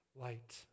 light